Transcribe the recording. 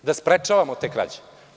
Da sprečavamo te krađe.